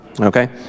okay